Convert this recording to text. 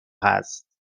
هست